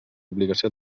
obligació